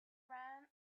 ran